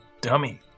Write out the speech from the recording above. dummy